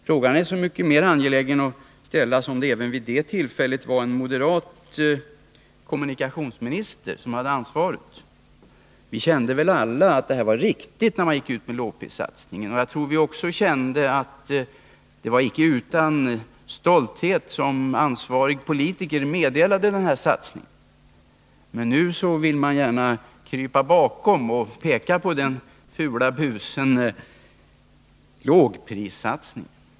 Frågorna är så mycket mer angelägna att ställa som det även vid det tillfället var en moderat kommunikationsminister som hade ansvaret. Vi kände alla att lågprissatsningen var riktig. Jag tror att vi också kände att det inte var utan stolthet som ansvarig politiker meddelade denna satsning. Men nu vill man gärna peka på och krypa bakom den fula busen lågprissatsningen.